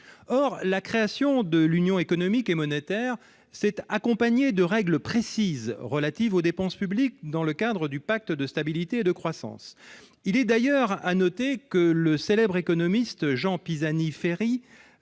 or la création de l'Union économique et monétaire cette accompagné de règles précises relatives aux dépenses publiques dans le cadre du pacte de stabilité et de croissance, il est d'ailleurs à noter que le célèbre économiste Jean Pisani-Ferry